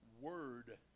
word